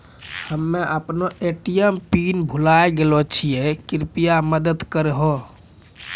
हम्मे अपनो ATM pin भुलाय गेलो छियै, कृपया मदत करहो